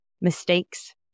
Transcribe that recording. Mistakes